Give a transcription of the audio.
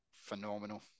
phenomenal